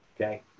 okay